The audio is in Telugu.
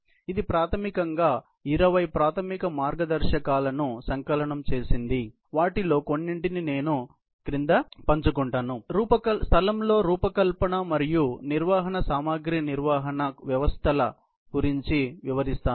ఇది ప్రాథమికంగా 20 ప్రాథమిక మార్గదర్శకాలను సంకలనం చేసింది వాటిలో కొన్నింటిని నేను క్రింద పంచుకుంటాను ఆ స్థలంలో రూపకల్పన మరియు నిర్వహణ సామగ్రి నిర్వహణ వ్యవస్థల గురించి వివరిస్తాను